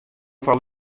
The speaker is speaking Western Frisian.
foar